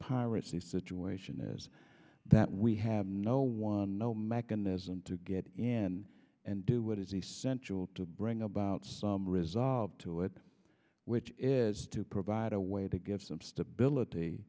piracy situation is that we have no one no mechanism to get in and do what is essential to bring about some resolve to it which is to provide a way to give some stability